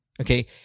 okay